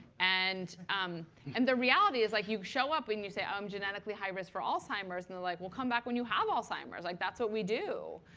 and um and the reality is, like you show up and you say, oh, i'm genetically high risk for alzheimer's, and they're like, well, come back when you have alzheimer's. like that's what we do.